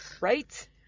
Right